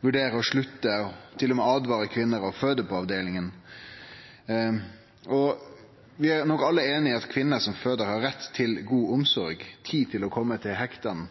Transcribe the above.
vurderer å slutte og til og med åtvarar kvinner mot å føde på avdelinga. Vi er nok alle einige i at kvinner som føder, har rett til god omsorg, tid til å kome seg,